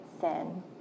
sin